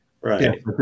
Right